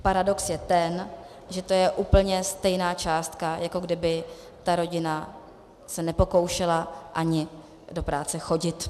Paradox je ten, že to je úplně stejná částka, jako kdyby ta rodina se nepokoušela ani do práce chodit.